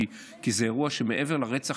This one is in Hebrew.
כי זה אירוע שמעבר לרצח,